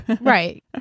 right